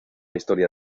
historia